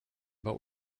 but